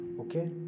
okay